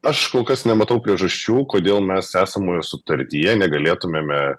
aš kol kas nematau priežasčių kodėl mes esamoje sutartyje negalėtumėme